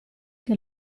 che